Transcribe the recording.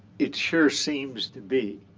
it sure seems to be,